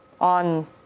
on